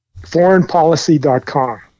Foreignpolicy.com